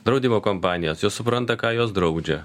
draudimo kompanijos jos supranta ką jos draudžia